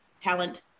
talent